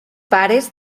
pares